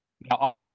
Now